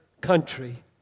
country